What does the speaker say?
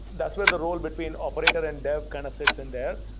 that's where the role between operator and dev kind of sits in there.